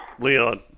Leon